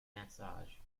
massage